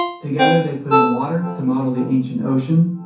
together they put in water to model the ancient ocean,